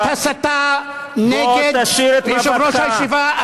זאת הסתה נגד יושב-ראש הישיבה.